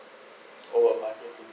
oh